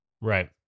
Right